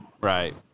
Right